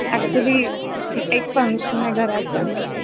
actually एक function आहे घरात त्यामुळे